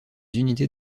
unités